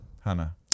Hannah